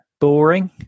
boring